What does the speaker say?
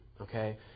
okay